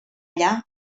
allà